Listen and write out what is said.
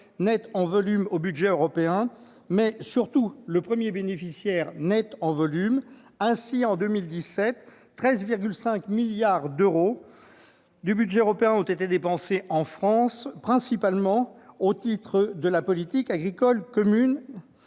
net au budget européen, mais surtout le premier bénéficiaire net en volume. Ainsi, en 2017, 13,5 milliards d'euros du budget européen ont été dépensés en France, principalement au titre de la politique agricole commune,